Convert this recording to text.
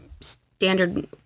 standard